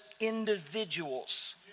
individuals